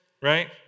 right